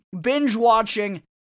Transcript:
binge-watching